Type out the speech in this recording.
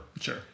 Sure